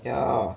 yeah